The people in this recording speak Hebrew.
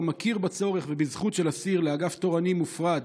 מכיר בצורך ובזכות של אסיר לאגף תורני מופרד